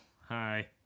Hi